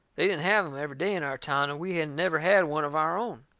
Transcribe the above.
they didn't have em every day in our town, and we hadn't never had one of our own.